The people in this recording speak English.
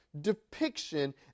depiction